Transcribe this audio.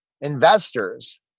investors